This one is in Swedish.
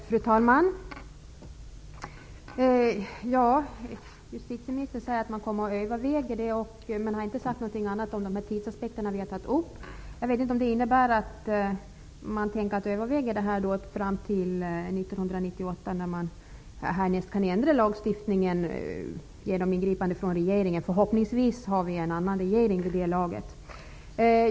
Fru talman! Statsrådet säger att man kommer att överväga detta, men hon har inte sagt något om de tidsaspekter som vi har tagit upp. Jag vet inte om man tänker överväga detta fram till 1998, när lagstiftningen härnäst kan ändras genom ingripande från regeringen. Förhoppningsvis har vi en annan regering vid det laget.